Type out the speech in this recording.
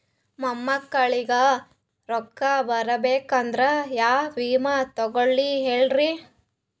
ಮೊಮ್ಮಕ್ಕಳಿಗ ರೊಕ್ಕ ಬರಬೇಕಂದ್ರ ಯಾ ವಿಮಾ ತೊಗೊಳಿ ಹೇಳ್ರಿ?